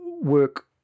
work